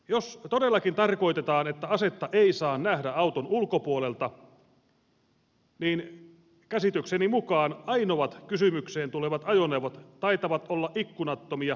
jos todellakin tarkoitetaan että asetta ei saa nähdä auton ulkopuolelta käsitykseni mukaan ainoat kysymykseen tulevat ajoneuvot taitavat olla ikkunattomia umpipakettiautoja